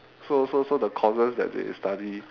so so so the courses that they study